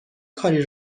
کاری